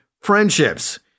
friendships